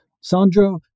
Sandro